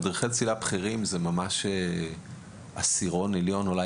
מדריכי צלילה בכירים הם ממש עשירון עליון, הם אלה